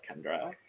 Kendra